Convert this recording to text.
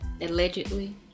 Allegedly